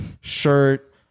shirt